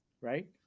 right